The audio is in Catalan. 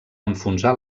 enfonsar